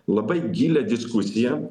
labai gilią diskusiją